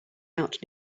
out